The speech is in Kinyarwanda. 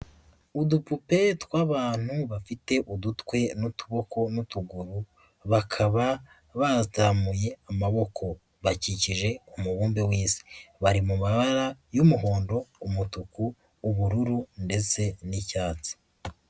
Udupupe tw'abantu bafite udutwe n'utuboko n'utuguru bakaba bazamuye amaboko bakikije umubumbe w'isi, bari mu mabara y'umuhondo, umutuku, ubururu ndetse n'icyatsi.